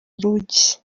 rugi